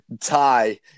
tie